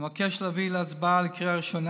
אני מבקש להביא להצבעה בקריאה ראשונה